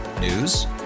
News